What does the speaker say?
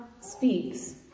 speaks